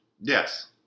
Yes